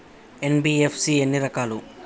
NBFC ఎన్ని రకాలు?